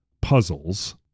puzzles